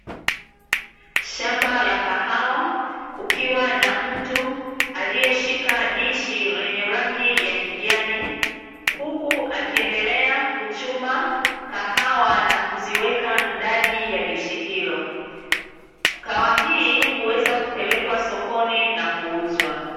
Shamba la kahawa kukiwa na mtu aliyeshika dishi lenye rangi ya kijani huku akiendelea kuchuma kahawa na kuziweka ndani ya dishi hilo, kahawa hii huweza kupelekwa sokoni na kuuzwa.